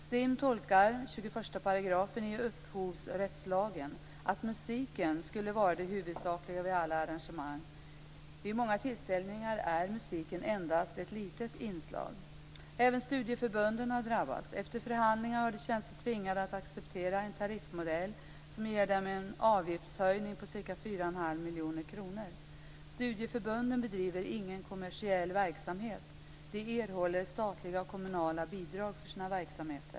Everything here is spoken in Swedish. STIM tolkar 21 § i upphovsrättslagen så, att musiken skulle vara det huvudsakliga inslaget vid alla arrangemang. Vid många tillställningar är musiken endast ett litet inslag. Även studieförbunden drabbas. Efter förhandlingar har de känt sig tvungna att acceptera en tariffmodell som ger dem en avgiftshöjning med ca 4 1⁄2 miljoner kronor. Studieförbunden bedriver ingen kommersiell verksamhet.